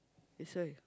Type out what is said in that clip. that's why